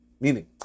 Meaning